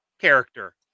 character